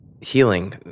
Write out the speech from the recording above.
healing